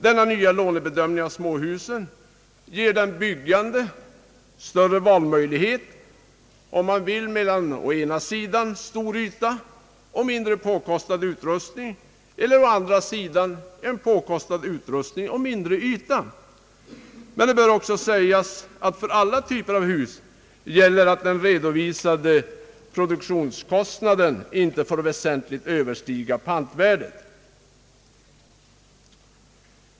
Denna nya lånebedömning av småhusen ger den byggande större valmöjlighet mellan å ena sidan stor yta och mindre påkostad utrustning och å andra sidan påkostad utrustning och mindre yta. Men det bör också sägas att för alla typer av hus gäller att den redovisade produktionskostnaden inte får väsentligt överstiga pantvärdet.